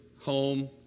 home